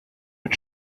mit